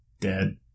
dead